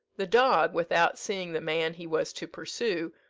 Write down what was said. the dog, without seeing the man he was to pursue,